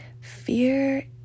fear